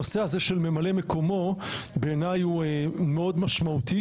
הנושא הזה של ממלא מקומו בעיניי הוא מאוד משמעותי,